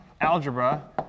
algebra